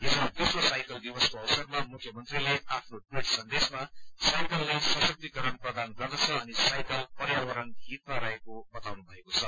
हिज विश्व साइकल दिवसको अवसरमा मुख्यमन्त्रीले आफ्नो ट्वीट सन्देशमा साइकलले सशक्तिकरण प्रदान गर्दछ अनि साइकल पर्यावरण हितमा छ भन्नुभएको छ